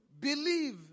believe